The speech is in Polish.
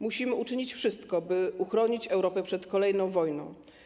Musimy uczynić wszystko, by uchronić Europę przed kolejną wojną.